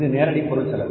இது நேரடி பொருள் செலவு